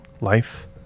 life